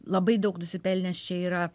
labai daug nusipelnęs čia yra